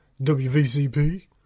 WVCP